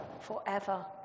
forever